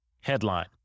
headline